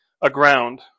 aground